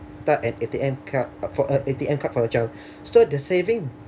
to start an A_T_M card for a A_T_M card for a child so the saving